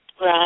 Right